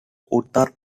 uttar